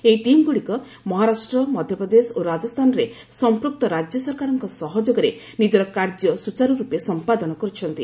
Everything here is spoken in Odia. ଏହି ଟିମ୍ଗୁଡ଼ିକ ମହାରାଷ୍ଟ୍ର ମଧ୍ୟପ୍ରଦେଶ ଓ ରାଜସ୍ଥାନରେ ସମ୍ପୃକ୍ତ ରାଜ୍ୟସରକାରଙ୍କ ସହଯୋଗରେ ନିଜର କାର୍ଯ୍ୟ ସୁଚାରୁରୂପେ ସମ୍ପାଦନ କରୁଛନ୍ତି